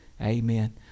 Amen